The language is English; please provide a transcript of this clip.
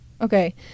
Okay